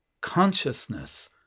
Consciousness